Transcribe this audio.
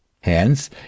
Hence